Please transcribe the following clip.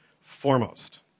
foremost